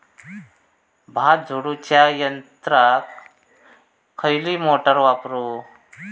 भात झोडूच्या यंत्राक खयली मोटार वापरू?